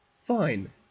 Fine